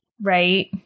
right